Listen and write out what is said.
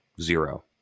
Zero